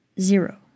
zero